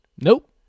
Nope